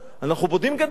אנחנו בונים גדר,